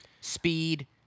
Speed